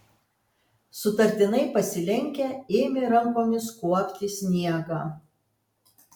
sutartinai pasilenkę ėmė rankomis kuopti sniegą